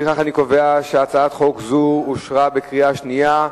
לפיכך אני קובע שהצעת חוק זו אושרה בקריאה שנייה.